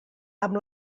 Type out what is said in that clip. amb